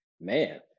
Man